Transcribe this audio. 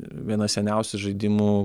viena seniausių žaidimų